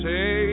Say